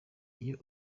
iyo